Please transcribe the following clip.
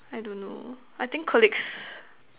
I don't know I think colleagues